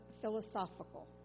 philosophical